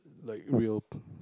like real